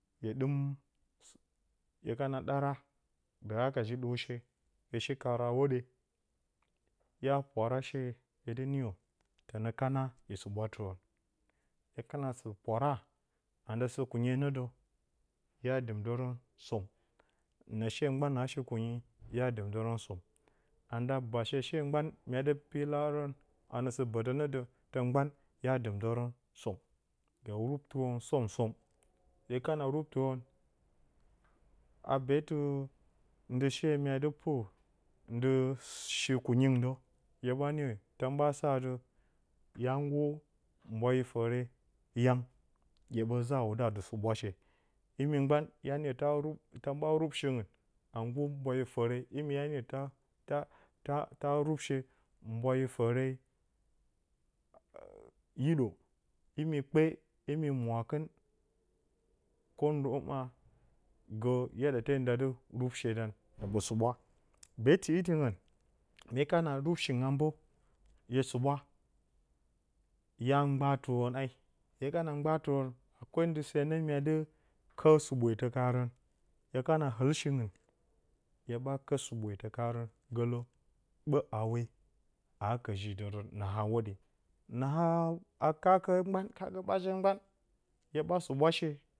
Hye ɗɨm hye kana ɗara dɨ haka ji ɗorshe shikarǝ a hwoɗye hya pwara shee dɨ niyǝ tǝna hya suɓwatɨrǝn, hye kana sɨ pwara, anda sɨ kunye nǝ dǝ hya dɨmdǝrǝn som. na shee mgban aa sɨ kunyi hya dɨmdǝrǝn som. Anda baseshe mgban mya dɨ pilarǝn nǝ sɨ bǝtǝ nǝ dǝ mgban hya dɨmdǝrǝn som hye rubtɨrǝn som-som hye kana rubtɨrǝn. a beetɨ nzɨshe mya dɨ puk ndɨ shi kunyingɨn dǝ hwun ɓa niyǝ tǝn ɓa sa atɨ hya nggur mbwayi fǝre yang hye ɓǝ zǝ a wudǝ a dɨ suʊashe imi mgban hya niyǝ ta rub tǝn ɓa rubshingɨn a nggur mwayi fǝre, imi hya niyǝ ta ata rubshe mbwaty fǝre hiɗǝ imi kpe imi mwaakɨn ko ndo ma gǝ yadate nda ɨ rubshe dan nda ɓǝ suɓwa. Beetɨ itɨngɨn mye kana rubshingɨn a mbǝǝ hye suɓwa hya mbaatɨrǝn ai, hye kana mbaatɨrǝn akwai ndɨ nǝ mya dɨ kǝt sɨɓwetǝ kaarǝn ai, hye kana ɨl shingɨn hye ɓa kǝt sɨɓwetǝ gǝlǝ ɓe hawe aa kǝjidǝrǝn na a hwoɗye na a kaake kaake ɓajen mgban hye ɓa suɓwashe